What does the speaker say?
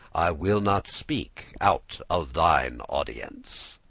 i will not speak out of thine audience.